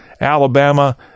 Alabama